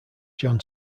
john